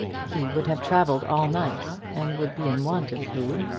he would have travelled all night and would be in want of food.